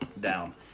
down